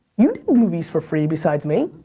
you did movies for free besides me.